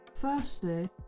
firstly